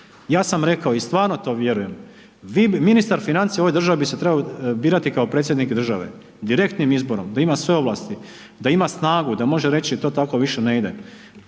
ja sam rekao i stvarno to vjerujem, ministar financija u ovoj državi bi se trebao birati kao Predsjednik države, direktnim izborom, da ima sve ovlasti. Da ima snagu, da može reći to tako više ne ide.